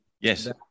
Yes